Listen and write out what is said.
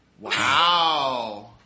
Wow